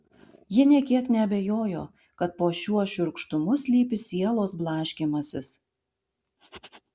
ji nė kiek neabejojo kad po šiuo šiurkštumu slypi sielos blaškymasis